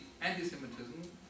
anti-Semitism